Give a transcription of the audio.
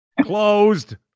closed